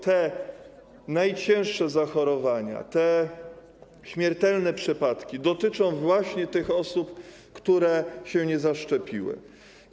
Te najcięższe zachorowania, te śmiertelne przypadki dotyczą właśnie tych osób, które się nie zaszczepiły.